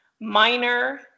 minor